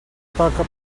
toca